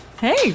Hey